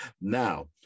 Now